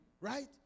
right